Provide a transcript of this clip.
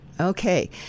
Okay